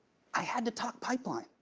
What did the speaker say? i had to talk pipeline.